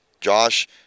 Josh